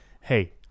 hey